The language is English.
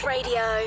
Radio